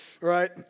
right